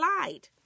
lied